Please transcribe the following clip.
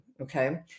Okay